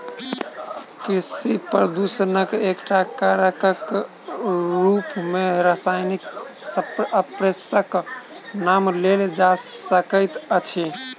कृषि प्रदूषणक एकटा कारकक रूप मे रासायनिक स्प्रेक नाम लेल जा सकैत अछि